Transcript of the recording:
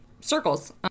circles